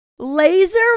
Laser